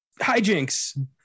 hijinks